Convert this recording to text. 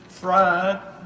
Fried